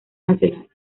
nacional